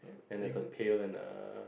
and there's a tail and a